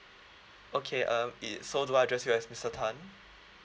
okay uh err so do I address you as mister tan